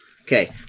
Okay